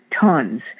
tons